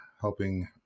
helping